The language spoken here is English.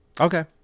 Okay